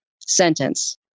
sentence